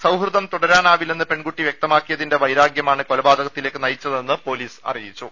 സൌഹൃദം തുടരാനാവില്ലെന്ന് പെൺകുട്ടി വൃക്തമാക്കിയതിന്റെ വൈരാഗൃമാണ് കൊലപാതകത്തിലേക്കു നയിച്ചതെന്ന് പൊലീസ് അറിയിച്ചു